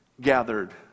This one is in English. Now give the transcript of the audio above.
gathered